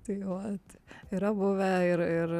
tai vat yra buvę ir ir